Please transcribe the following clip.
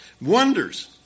Wonders